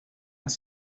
las